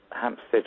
Hampstead